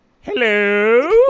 hello